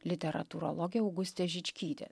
literatūrologė augustė žičkytė